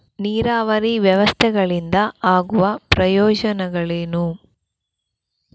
ನೀರಾವರಿ ವ್ಯವಸ್ಥೆಗಳಿಂದ ಆಗುವ ಪ್ರಯೋಜನಗಳೇನು?